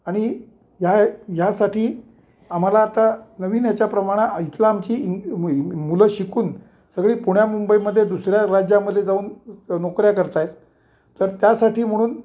आणि ह यासाठी आम्हाला आता नवीन या्याच्या प्रमाणा इथलं आमची इंग मुलं शिकून सगळी पुण्या मुंबईमध्ये दुसऱ्या राज्यामध्ये जाऊन नोकऱ्या करतायेत तर त्यासाठी म्हणून